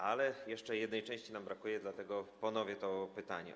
Ale jeszcze jednej części nam brakuje, dlatego ponowię to pytanie.